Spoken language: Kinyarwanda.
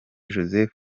joseph